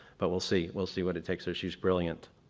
but we'll see. we'll see what it takes her. she's brilliant.